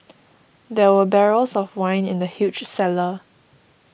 there were barrels of wine in the huge cellar